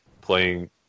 playing